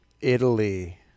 Italy